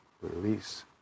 release